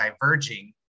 diverging